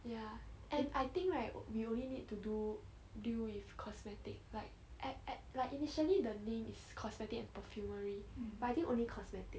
ya and I think right we only need to do deal with cosmetic like at at like initially the name is cosmetic and perfumery but only cosmetic